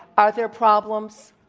are there problems?